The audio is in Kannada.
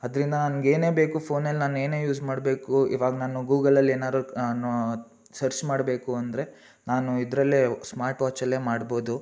ಅದರಿಂದ ನನ್ಗೆ ಏನೇ ಬೇಕು ಫೋನಲ್ಲಿ ನಾನು ಏನೇ ಯೂಸ್ ಮಾಡಬೇಕು ಇವಾಗ ನಾನು ಗೂಗಲಲ್ಲಿ ಏನಾದ್ರು ನಾನು ಸರ್ಚ್ ಮಾಡಬೇಕು ಅಂದರೆ ನಾನು ಇದರಲ್ಲೇ ಸ್ಮಾರ್ಟ್ ವಾಚಲ್ಲೇ ಮಾಡ್ಬೋದು